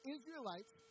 Israelites